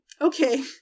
okay